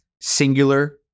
singular-